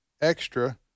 extra